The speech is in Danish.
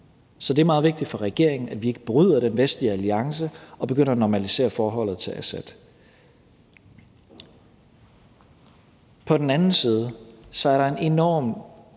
Så det er meget vigtigt for regeringen, at vi ikke bryder den vestlige alliance og begynder at normalisere forholdet til Assad. På den anden side er der en enormt